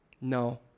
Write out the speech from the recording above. No